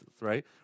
right